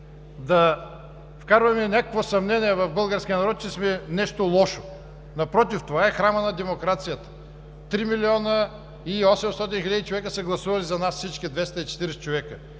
да вкарваме някакво съмнение в българския народ, че сме нещо лошо. Напротив, това е храмът на демокрацията. Три милиона и осемстотин хиляди човека са гласували за всички нас – 240 човека.